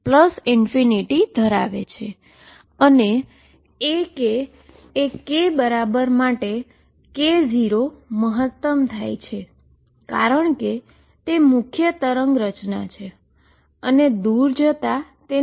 અને A K એ K બરાબર માટે k0 મહત્તમ થાય છે કારણ કે તે મુખ્ય વેવ પેટર્ન છે અને તે દુર જતાં તેનું ડીકે થશે